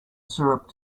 syrup